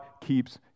keeps